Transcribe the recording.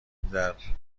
درجه